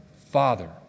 Father